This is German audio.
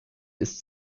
ist